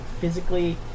physically